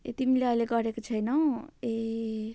ए तिमीले अहिले गरेको छैनौ ए